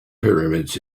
pyramids